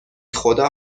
خدا